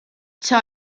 ciò